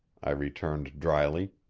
i returned dryly,